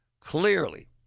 Clearly